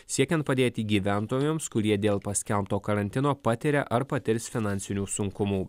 siekiant padėti gyventojams kurie dėl paskelbto karantino patiria ar patirs finansinių sunkumų